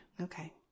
Okay